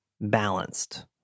balanced